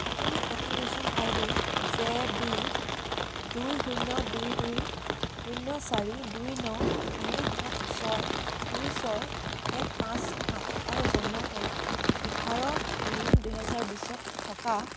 আপুনি application I D J B দুই শূন্য দুই দুই শূন্য চাৰি দুই ন তিনি সাত ছয় দুই ছয় এক পাঁচ সাত আৰু জন্মৰ তাৰিখ এঘাৰ তিনি দুহেজাৰ বিছত থকা